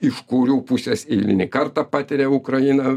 iš kurių pusės eilinį kartą patiria ukraina